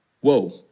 Whoa